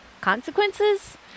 consequences